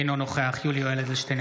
אינו נוכח יולי יואל אדלשטיין,